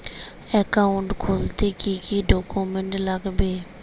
Account খুলতে কি কি ডকুমেন্ট লাগবে?